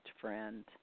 friend